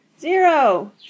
Zero